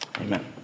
Amen